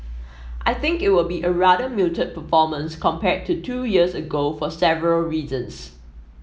I think it will be a rather muted performance compared to two years ago for several reasons